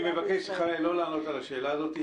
אני מבקש ממך לא לענות לשאלה הזאת,